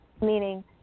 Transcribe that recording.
meaning